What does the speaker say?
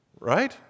Right